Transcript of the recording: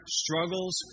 struggles